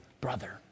brother